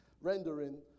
rendering